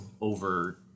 over